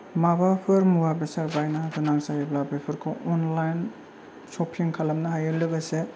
माबाफोर मुवा बेसाद बायनो गोनां जायोब्ला बेफोरखौ अनलाइन शपिं खालामनो हायो लोगोसे